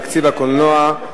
תקציב הקולנוע).